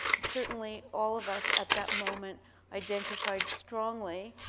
certainly all of us at that moment identified strongly,